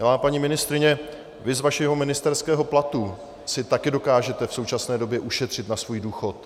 Milá paní ministryně, vy z vašeho ministerského platu si také dokážete v současné době ušetřit na svůj důchod.